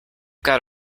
got